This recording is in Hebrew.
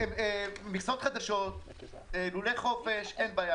מכסות חדשות, לולי חופש אין בעיה.